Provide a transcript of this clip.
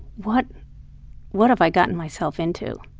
what what have i gotten myself into,